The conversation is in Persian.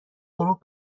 غروب